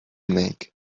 make